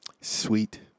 sweet